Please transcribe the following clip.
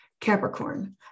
Capricorn